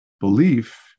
belief